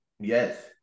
Yes